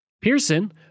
Pearson